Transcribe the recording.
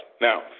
Now